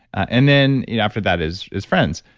and then after that is is friends.